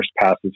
passes